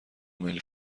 میل